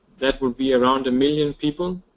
that will be around a million people,